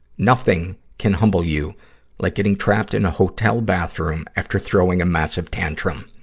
nothing can humble you like getting trapped in a hotel bathroom after throwing a massive tantrum.